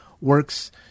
works